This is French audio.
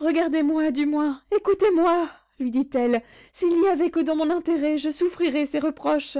regardez-moi du moins écoutez-moi lui dit-elle s'il n'y allait que de mon intérêt je souffrirais ces reproches